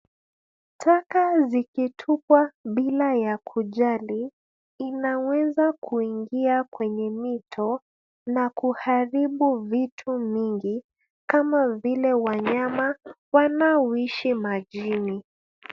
Taka zikitupwa bila ya kujali, inaweza kuingia kwenye mito na kuharibu vitu mingi kama vile wanyama wanaoishi majini.